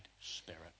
spirit